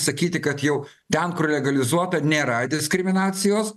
sakyti kad jau ten kur legalizuota nėra diskriminacijos